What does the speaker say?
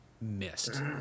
missed